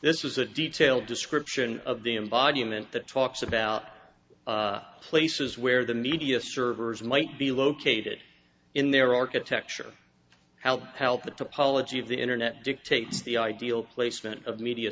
this is a detailed description of the embodiment that talks about places where the media servers might be located in their architecture help help the topology of the internet dictates the ideal placement of media